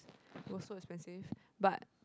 it was so expensive but